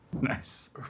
Nice